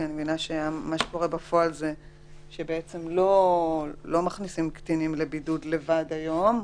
כי אני מבינה שבפועל לא מכניסים קטינים לבידוד לבד היום.